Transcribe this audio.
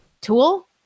tool